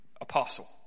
apostle